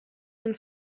den